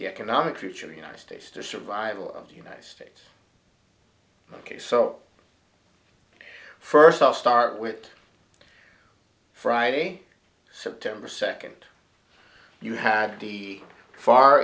the economic future united states the survival of the united states ok so first i'll start with friday september second you had the far